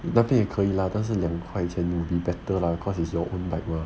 那边也可以啦但是两块钱 will be better lah cause it's your own bike